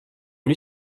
lue